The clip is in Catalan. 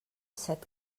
set